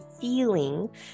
feeling